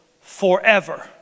forever